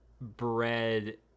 bread